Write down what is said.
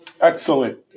Excellent